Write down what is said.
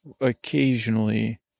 occasionally